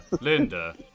Linda